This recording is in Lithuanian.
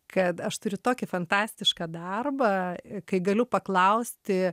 kad aš turiu tokį fantastišką darbą kai galiu paklausti